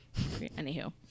Anywho